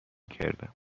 کردم